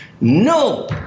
No